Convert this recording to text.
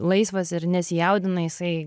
laisvas ir nesijaudina jisai